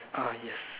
uh yes